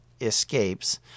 escapes